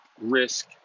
risk